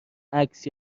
عکس